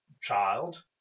child